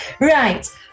Right